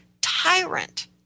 tyrant